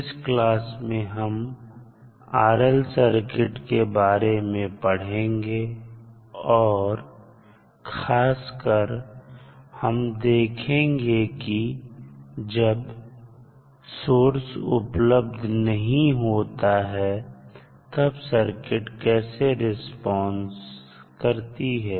इस क्लास में हम RL सर्किट के बारे में पढ़ेंगे और खासकर हम देखेंगे कि जब सोर्स उपलब्ध नहीं होता है तब सर्किट कैसे रिस्पांस करती है